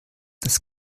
das